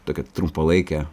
tokia trumpalaikė